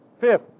Fifth